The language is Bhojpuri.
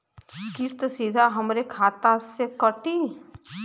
किस्त सीधा हमरे खाता से कटी?